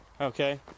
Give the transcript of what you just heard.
okay